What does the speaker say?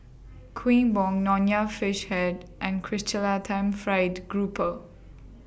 Kuih Bom Nonya Fish Head and Chrysanthemum Fried Grouper